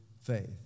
faith